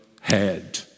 head